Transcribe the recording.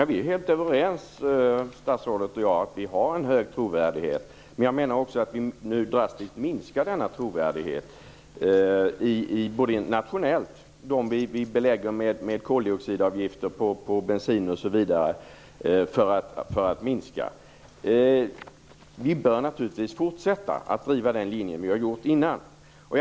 Fru talman! Statsrådet och jag är helt överens om att Sverige har hög trovärdighet. Men nu minskar vi drastiskt denna trovärdighet internationellt i de länder som beläggs med koldioxidavgifter på bensin osv. för att minska utsläppen. Vi bör naturligtvis fortsätta att driva den linje som vi har drivit tidigare.